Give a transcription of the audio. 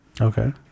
Okay